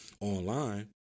online